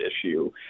issue